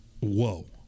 Whoa